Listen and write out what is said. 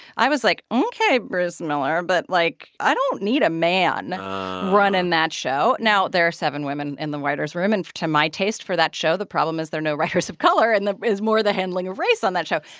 i was like, ok, bruce miller, but, like, i don't need a man running that show. now, there are seven women in the writers' room. and to my taste, for that show, the problem is there are no writers of color and there is more the handling of race on that show.